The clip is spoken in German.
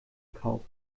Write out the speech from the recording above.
gekauft